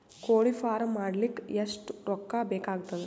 ಕೋಳಿ ಫಾರ್ಮ್ ಮಾಡಲಿಕ್ಕ ಎಷ್ಟು ರೊಕ್ಕಾ ಬೇಕಾಗತದ?